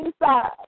inside